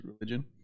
religion